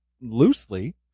loosely